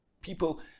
people